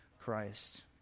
Christ